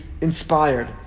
inspired